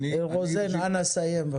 רוזן אנא סיים.